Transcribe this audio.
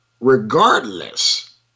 regardless